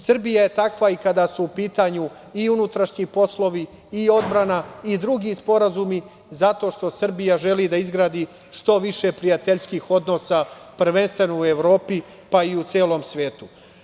Srbija je takva i kada su u pitanju i unutrašnji poslovi i odbrana i drugi sporazumi, zato što Srbija želi da izgradi što više prijateljskih odnosa, prvenstveno u Evropi, pa i u celom svetu.